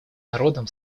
народам